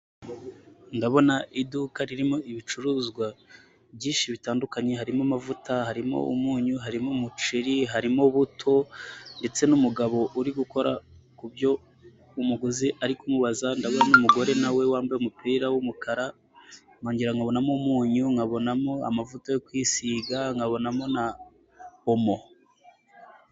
Iduka ririmo ibicuruzwa byinshi bitandukanye harimo amavuta harimo umunyu, harimo umuceri, harimo buto ndetse n'umugabo uri gukora kubyo umuguzi ari kumubaza, ndabona umugore nawe wambaye umupira w'umukara, nkabonamo umunyu nkabonamo amavuta yo kwisiga nkabonamo na omo.